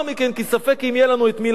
תודה רבה לחבר הכנסת בן-ארי.